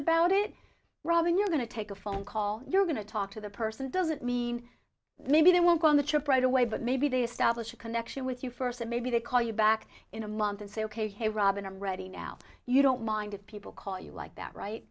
about it robyn you're going to take a phone call you're going to talk to the person doesn't mean maybe they will go on the trip right away but maybe they establish a connection with you first and maybe they call you back in a month and say ok hey robin i'm ready now you don't mind if people call you like that right